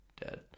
dead